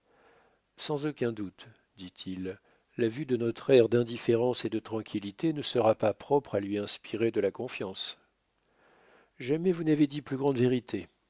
sans aucun doute dit-il la vue de notre air d'indifférence et de tranquillité ne sera pas propre à lui inspirer de la confiance jamais vous n'avez dit plus grande vérité